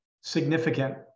significant